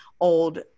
old